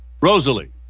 Rosalie